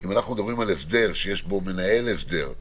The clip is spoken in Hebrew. אם מדברים על הסדר שיש בו מנהל הסדר,